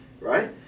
right